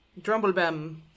Drumblebem